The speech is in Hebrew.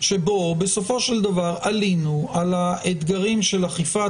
שבו בסופו של דבר עלינו על האתגרים של אכיפת